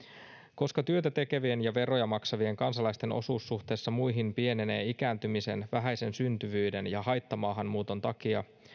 koska työtä tekevien ja veroja maksavien kansalaisten osuus suhteessa muihin pienenee ikääntymisen vähäisen syntyvyyden ja haittamaahanmuuton takia